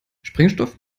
sprengstoff